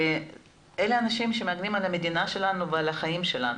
ואלה האנשים שמגנים על המדינה שלנו ועל החיים שלנו.